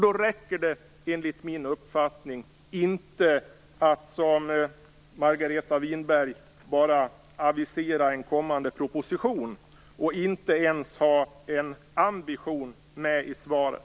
Då räcker det enligt min uppfattning inte att som Margareta Winberg bara avisera en kommande proposition, och inte ens ha en ambition med i svaret.